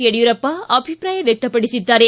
ಯಡಿಯೂರಪ್ಪ ಅಭಿಪ್ರಾಯ ವ್ಯಕ್ತಪಡಿಸಿದ್ದಾರೆ